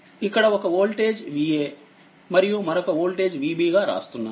ఇక్కడ ఒక వోల్టేజ్Vaమరియు మరొక ఓల్టేజిVb గా రాస్తున్నాను